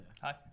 Hi